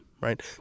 right